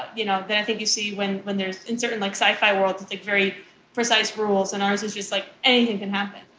but you know, i think you see when when there's certain, like sci fi world to take very precise rules and ours is just like anything and can happen.